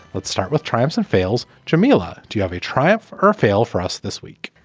let's start with triumphs and fails. jameela, do you have a triumph or fail for us this week?